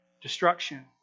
destruction